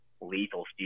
lethal